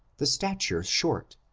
the stature short,